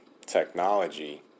technology